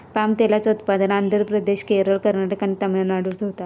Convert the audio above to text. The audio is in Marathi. पाम तेलाचा उत्पादन आंध्र प्रदेश, केरळ, कर्नाटक आणि तमिळनाडूत होता